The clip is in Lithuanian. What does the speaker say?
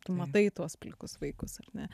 tu matai tuos plikus vaikus ar ne